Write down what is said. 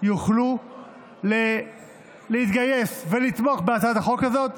יוכלו להתגייס ולתמוך בהצעת החוק הזאת.